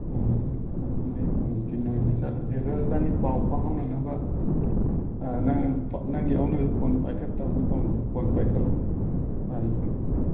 ꯎꯝ ꯑꯗꯨꯗꯤ ꯅꯨꯡꯊꯤꯟ ꯑꯣꯏꯅ ꯆꯠꯂꯁꯤ ꯑꯗꯣ ꯏꯕꯥꯅꯤ ꯄꯥꯎ ꯐꯥꯎꯅꯅꯕ ꯅꯪ ꯅꯪꯒꯤ ꯍꯧꯅꯕꯤ ꯐꯣꯟ ꯄꯥꯏꯈꯠꯇꯕꯗꯨ ꯇꯧꯅꯨꯍꯦ ꯐꯣꯟ ꯄꯥꯏꯈꯠꯂꯨ